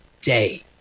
day